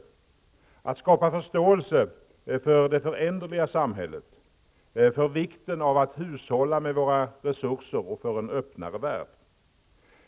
Det innebär att skapa förståelse för det föränderliga samhället, för vikten av att hushålla med våra resurser, för en öppnare värld.